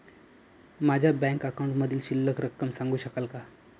माझ्या बँक अकाउंटमधील शिल्लक रक्कम सांगू शकाल का?